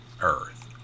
earth